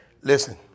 Listen